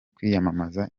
kwiyamamaza